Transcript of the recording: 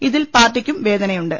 ഇതിൽ പാർട്ടിയ്ക്കും വേദനയുണ്ട്